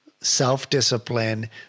self-discipline